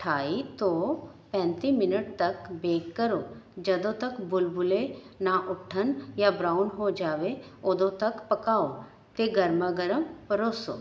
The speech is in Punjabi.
ਅਠਾਈ ਤੋਂ ਪੈਂਤੀ ਮਿਨਟ ਤੱਕ ਬੇਕ ਕਰੋ ਜਦੋਂ ਤੱਕ ਬੁਲਬੁਲੇ ਨਾ ਉੱਠਣ ਜਾਂ ਬਰਾਉਨ ਹੋ ਜਾਵੇ ਉਦੋਂ ਤੱਕ ਪਕਾਓ ਅਤੇ ਗਰਮਾ ਗਰਮ ਪਰੋਸੋ